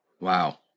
Wow